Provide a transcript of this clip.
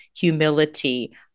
humility